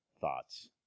thoughts